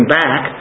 back